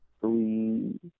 three